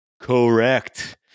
Correct